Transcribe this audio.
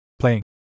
Playing